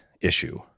issue